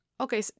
Okay